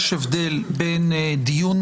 יש הבדל בין דיון,